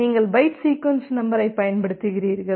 நீங்கள் byte sequence நம்பரைப் பயன்படுத்துகிறீர்கள்